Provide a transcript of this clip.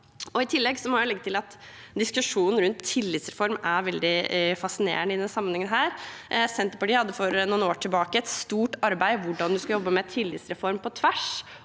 I tillegg må jeg legge til at diskusjonen rundt tillitsreform er veldig fascinerende i denne sammenheng. Senterpartiet hadde for noen år tilbake et stort arbeid om hvordan man skulle jobbe med tillitsreform på tvers.